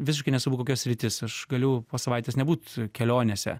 visiškai nesvarbu kokia sritis aš galiu po savaitės nebūt kelionėse